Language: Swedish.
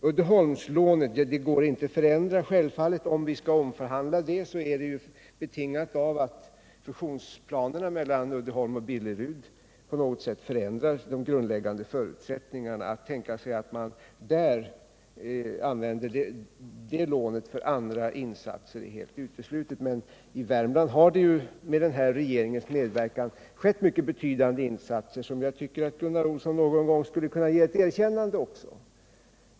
Uddeholmslånet går självfallet inte att förändra. Om det blir en omförhandling är det betingat av att planerna för fusionen mellan Uddeholm och Billerud på något sätt förändrar de grundläggande förutsättningarna. Att tänka sig att använda det lånet för andra insatser är helt uteslutet. I Värmland har det med regeringens medverkan gjorts mycket betydande insatser, som jag tycker att Gunnar Olsson någon gång skulle kunna ge ett erkännande.